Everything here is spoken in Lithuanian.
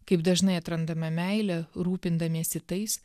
kaip dažnai atrandame meilę rūpindamiesi tais